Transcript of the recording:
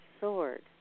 sword